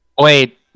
Wait